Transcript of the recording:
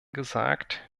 gesagt